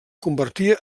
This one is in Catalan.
convertia